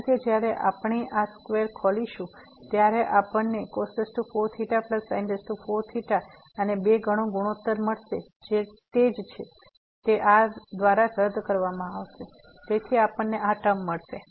કારણ કે જ્યારે આપણે આ સ્ક્વેર ખોલીશું ત્યારે આપણને અને 2 ગણો ગુણોત્તર મળશે જે તે છે તે આ દ્વારા રદ કરવામાં આવશે તેથી આપણને આ ટર્મ મળશે